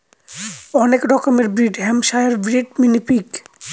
অনেক রকমের breed Hampshire breed, mini pig